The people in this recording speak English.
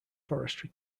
forestry